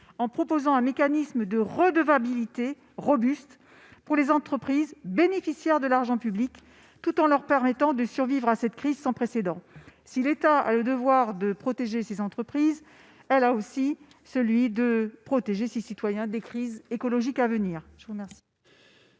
en proposant un mécanisme de redevabilité robuste pour les entreprises bénéficiaires de l'argent public, tout en leur permettant de survivre à cette crise sans précédent. Si l'État a le devoir de protéger ses entreprises, il a aussi celui de protéger ses citoyens des crises écologiques à venir